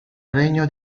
regno